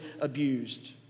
abused